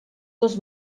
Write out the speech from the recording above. dos